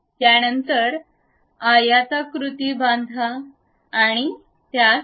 त्यानंतर आयताकृती बांधा आणि त्यास फिरवा